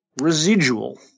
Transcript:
residual